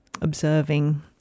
observing